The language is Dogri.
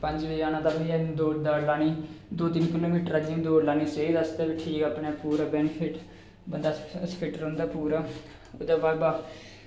पंज बजे जाना तां बी दौड़ दाड़ लानी दो तिन किलोमिटर अजें बी दौड़ लानी सेह्द आस्तै बी ठीक अपने पूरा बेनीफिट बंदा फिट रौहंदा पूरा ओह्दे बाद